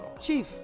chief